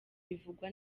bivugwa